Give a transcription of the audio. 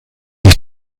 ich